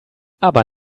aber